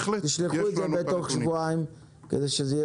תשלחו את זה בתוך שבועיים כדי שזה יהיה